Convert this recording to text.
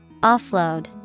Offload